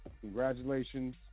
Congratulations